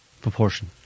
Proportion